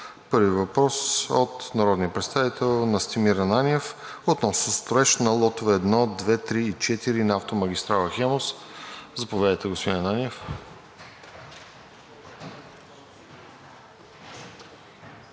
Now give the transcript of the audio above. Първият въпрос е от народния представител Настимир Ананиев относно строеж на лотове 1, 2, 3 и 4 на автомагистрала „Хемус“. Заповядайте, господин Ананиев.